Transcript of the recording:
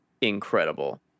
incredible